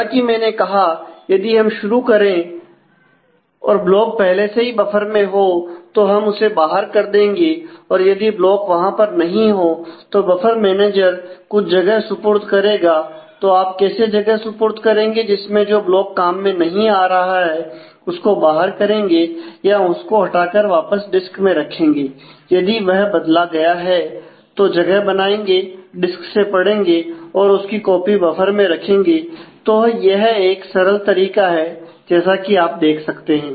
जैसा कि मैंने कहा यदि हम शुरू करें और ब्लॉक पहले से ही बफर में हो तो हम उसे बाहर कर देंगे और यदि ब्लॉक वहां पर नहीं हो तो बफर मैनेजर कुछ जगह सुपुर्द करेगा तो आप कैसे जगह सुपुर्द करेंगे जिसमें जो ब्लॉक काम में नहीं आ रहा है उसको बाहर करेंगे या उसको हटाकर वापस डिस्क में रखेंगे यदि वह बदला गया है तो जगह बनाएंगे डिस्क से पढ़ेंगे और उसकी कॉपी बफर में रखेंगे तो यह एक सरल तरीका है जैसा कि आप देख सकते हैं